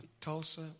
Tulsa